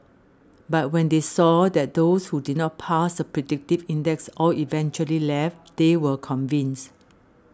but when they saw that those who did not pass the predictive index all eventually left they were convinced